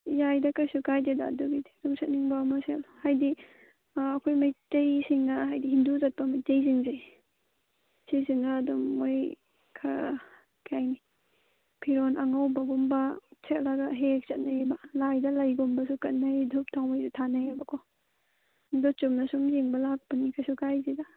ꯌꯥꯏꯗ ꯀꯩꯁꯨ ꯀꯥꯏꯗꯦꯗ ꯑꯗꯨꯒꯤꯗꯤ ꯁꯨꯝ ꯁꯦꯠꯅꯤꯡꯕ ꯑꯃ ꯁꯦꯠꯂꯨ ꯍꯥꯏꯗꯤ ꯑꯩꯈꯣꯏ ꯃꯩꯇꯩꯁꯤꯡꯅ ꯍꯥꯏꯗꯤ ꯍꯤꯟꯗꯨ ꯆꯠꯄ ꯃꯩꯇꯩꯁꯤꯡꯁꯦ ꯁꯤꯁꯤꯅ ꯑꯗꯨꯝ ꯃꯣꯏ ꯈꯔ ꯀꯩ ꯍꯥꯏꯅꯤ ꯐꯤꯔꯣꯜ ꯑꯉꯧꯕꯒꯨꯝꯕ ꯁꯦꯠꯂꯒ ꯍꯦꯛ ꯍꯦꯛ ꯆꯠꯅꯩꯌꯦꯕ ꯂꯥꯏꯗ ꯂꯩꯒꯨꯝꯕꯁꯨ ꯀꯠꯅꯩ ꯙꯨꯞ ꯊꯥꯎꯃꯩꯁꯨ ꯊꯥꯅꯩꯕꯀꯣ ꯑꯗꯨ ꯆꯨꯝꯅ ꯁꯨꯝ ꯌꯦꯡꯕ ꯂꯥꯛꯄꯅꯤ ꯀꯩꯁꯨ ꯀꯥꯏꯗꯦꯗ